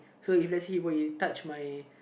so if let's see for he touch my